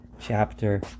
chapter